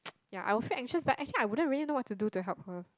ya I feel anxious but I wouldn't really know what to do to help her